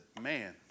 man